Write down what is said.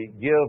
give